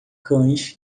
cães